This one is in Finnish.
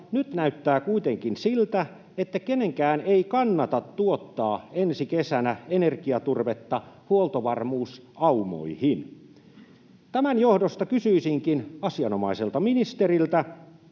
nyt näyttää kuitenkin siltä, että kenenkään ei kannata tuottaa ensi kesänä energiaturvetta huoltovarmuusaumoihin. Tämän johdosta kysyisinkin asianomaiselta ministeriltä: